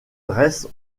dresse